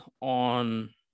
on